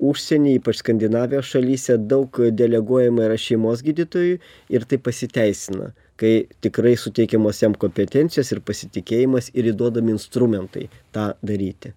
užsieny ypač skandinavijos šalyse daug deleguojama yra šeimos gydytojui ir tai pasiteisina kai tikrai suteikiamos jam kompetencijos ir pasitikėjimas ir įduodami instrumentai tą daryti